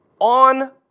on